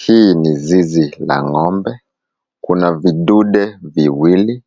Hii ni zizi la ngombe. Kuna vidude viwili